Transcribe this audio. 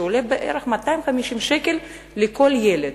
שעולה בערך 250 שקל לכל ילד.